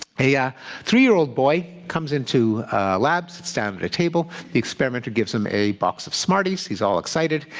a yeah three-year-old boy comes into a lab, sits down at a table. the experimenter gives him a box of smarties. he's all excited.